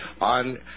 on